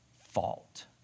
fault